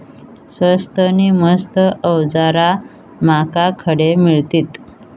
स्वस्त नी मस्त अवजारा माका खडे मिळतीत?